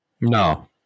no